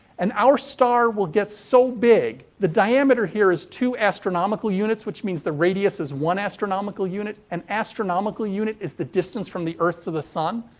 and our star will get so big the diameter here is two astronomical units, which means the radius is one astronomical unit. an astronomical unit is the distance from the earth to the sun.